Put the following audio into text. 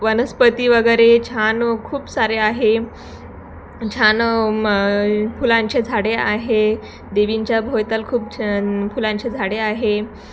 वनस्पती वगैरे छान खूप सारे आहे छान म फुलांचे झाडे आहे देवींच्या भोवताली खूप छान फुलांचे झाडे आहे